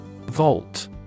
Vault